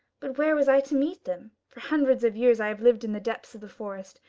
but where was i to meet them? for hundreds of years i have lived in the depths of the forest,